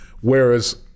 Whereas